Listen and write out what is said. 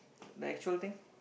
the actual thing